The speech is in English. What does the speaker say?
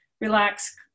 relax